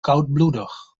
koudbloedig